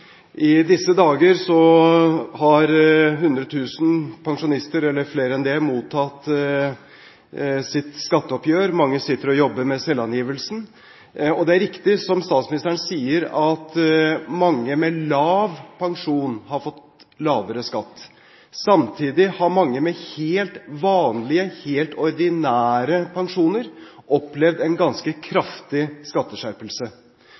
I disse dager har mer enn 100 000 pensjonister mottatt sitt skatteoppgjør; mange sitter og jobber med selvangivelsen. Og det er riktig som statsministeren sier, at mange med lav pensjon har fått lavere skatt. Samtidig har mange med helt vanlige, ordinære pensjoner opplevd en ganske kraftig skatteskjerpelse.